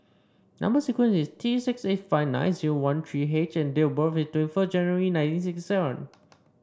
number sequence is T six eight five nine zero one three H and date of birth is twenty first January nineteen sixty seven